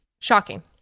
Shocking